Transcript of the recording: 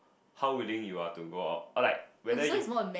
how willing you are to go out or like whether you